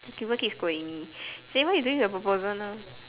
okay people scolding me so when you doing your proposal now